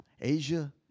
Asia